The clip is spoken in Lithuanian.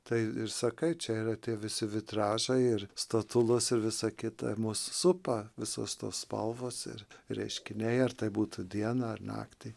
tai ir sakai čia yra tie visi vitražai ir statulos ir visa kita mus supa visos tos spalvos ir reiškiniai ar tai būtų dieną ar naktį